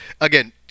again